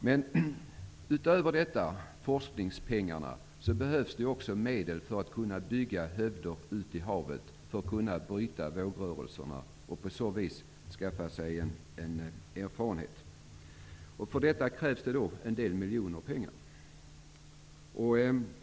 Men utöver forskningspengarna behövs det också medel för att man skall kunna bygga hövder ute i havet som kan bryta vågrörelserna. På så vis kan man också skaffa sig en erfarenhet. För detta krävs ett antal miljoner.